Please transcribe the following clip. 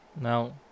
Now